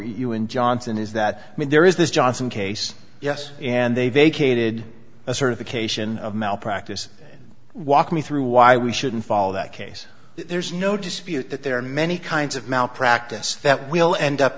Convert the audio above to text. in johnson is that when there is this johnson case yes and they vacated a certification of malpractise and walk me through why we shouldn't follow that case there's no dispute that there are many kinds of malpractise that will end up